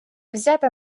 взяти